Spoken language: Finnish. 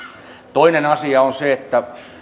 toinen asia ovat